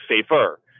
safer